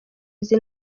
izi